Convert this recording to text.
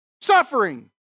Suffering